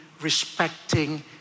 respecting